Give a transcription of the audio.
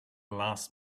last